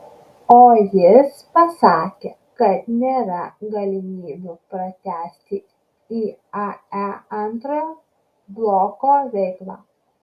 o jis pasakė kad nėra galimybių pratęsti iae antrojo bloko veiklą